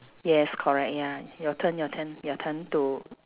yes correct ya your turn your turn your turn to